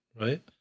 right